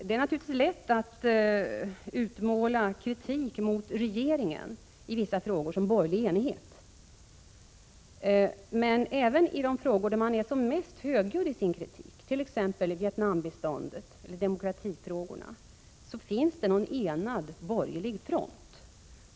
Det är naturligtvis lätt att utmåla kritik mot regeringen i vissa frågor som borgerlig enighet, men inte ens i de frågor där kritiken är som mest högljudd, t.ex. Vietnambiståndet eller demokratifrågorna, finns det någon enad borgerlig front.